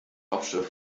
hauptstadt